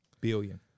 Billion